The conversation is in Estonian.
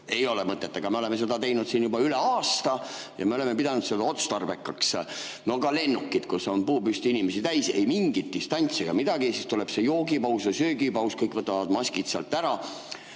ei ole mõtet. Aga me oleme seda teinud juba üle aasta ja me oleme pidanud seda otstarbekaks. Ka lennukites, mis on puupüsti inimesi täis, ei mingit distantsi ega midagi, siis tuleb joogipaus ja söögipaus, kõik võtavad maskid ära.